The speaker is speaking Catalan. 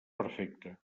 perfecte